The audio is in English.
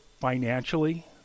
financially